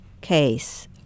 case